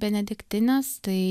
benediktines tai